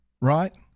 right